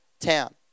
town